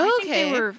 Okay